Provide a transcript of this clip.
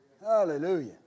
Hallelujah